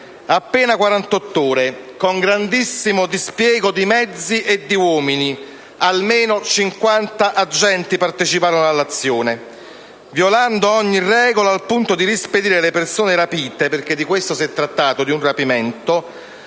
(appena 48 ore) e con grandissimo dispiego di mezzi e uomini (almeno 50 agenti parteciparono all'azione), violando ogni regola, al punto da rispedire le persone rapite - di questo si è trattato, di un rapimento